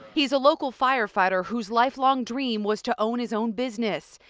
he's a local firefighter whose lifelong dream was to own his own business.